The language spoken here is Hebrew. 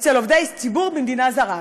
אצל עובדי ציבור במדינה זרה.